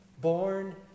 born